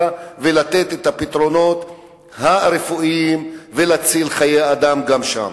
ולתת את הפתרונות הרפואיים ולהציל חיי אדם גם שם.